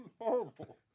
horrible